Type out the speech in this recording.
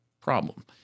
problem